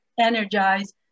energize